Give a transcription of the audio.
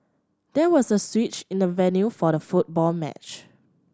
there was a switch in the venue for the football match